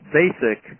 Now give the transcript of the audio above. basic